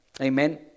amen